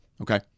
okay